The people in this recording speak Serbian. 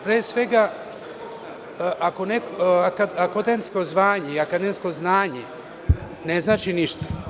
Pre svega, akademsko zvanje i akademsko znanje ne znači ništa.